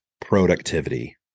productivity